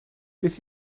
beth